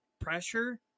pressure